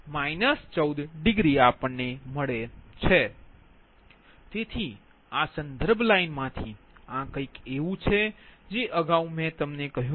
તેથી સંદર્ભ લાઇન માંથી આ કંઈક એવું છે જે અગાઉ મેં તમને કહ્યું છે